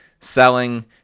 selling